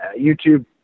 YouTube